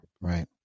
right